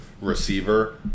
receiver